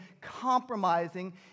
compromising